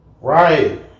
Right